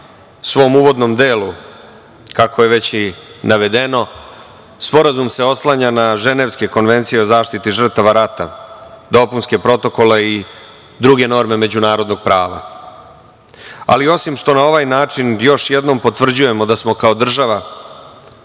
svom uvodnom delu, kako je već i navedeno, Sporazum se oslanja na Ženevske konvencije o zaštiti žrtava rata, dopunske protokole i druge norme međunarodnog prava. Osim što na ovaj način još jednom potvrđujemo da smo kao država